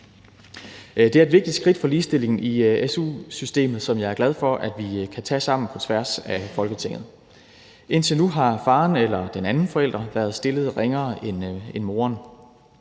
Det er et vigtigt skridt for ligestillingen i su-systemet, som jeg er glad for at vi kan tage sammen på tværs af Folketinget. Indtil nu har faren eller den anden forælder været stillet ringere end moren.